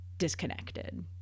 disconnected